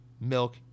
milk